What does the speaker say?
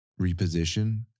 reposition